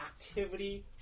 activity